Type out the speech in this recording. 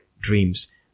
dreams